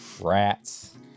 rats